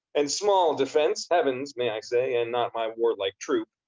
and small defense, heavens, may i say, and not my warlike troop,